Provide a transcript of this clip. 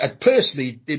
personally